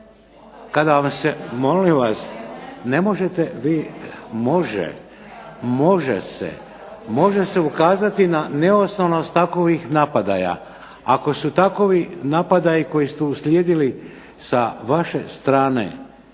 vi … /Upadica se ne razumije./… Može, može se ukazati na neosnovanost takovih napadaja. Ako su takovi napadaji koji su uslijedili sa vaše strane,